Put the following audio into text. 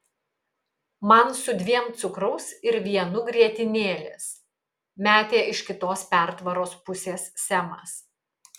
man su dviem cukraus ir vienu grietinėlės metė iš kitos pertvaros pusės semas